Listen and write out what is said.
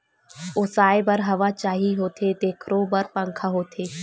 ओसाए बर हवा चाही होथे तेखरो बर पंखा होथे